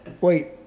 Wait